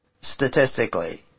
statistically